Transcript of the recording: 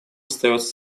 остается